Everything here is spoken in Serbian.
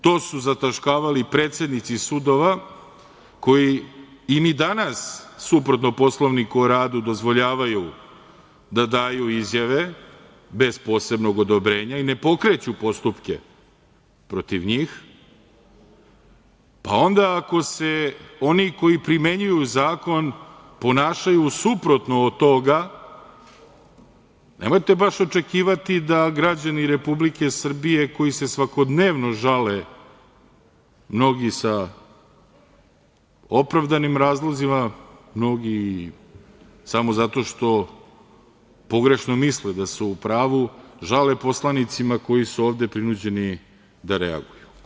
To su zataškavali predsednici sudova koji i ni danas suprotno Poslovniku o radu, dozvoljavaju da daju izjave, bez posebnog odobrenja i ne pokreću postupke protiv njih, pa onda ako se oni koji primenjuju zakon ponašaju suprotno od toga, nemojte baš očekivati da građani Republike Srbije koji se svakodnevno žale, mnogi sa opravdanim razlozima, mnogi samo zato što pogrešno misle da su u pravu, žale poslanicima koji su ovde prinuđeni da reaguju.